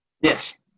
Yes